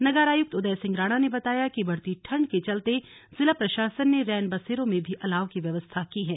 नगर आयुक्त उदय सिंह राणा ने बताया कि बढ़ती ठंड़ के चलते जिला प्रशासन ने रैन बसेरों में भी अलाव की व्यवस्था की है